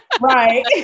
right